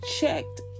checked